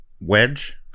wedge